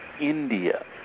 India